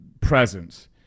presence